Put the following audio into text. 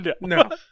No